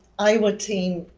iowa team,